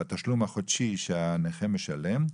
בתשלום החודשי שהנכה משלם,